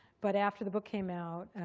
but after the book came out,